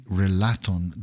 relaton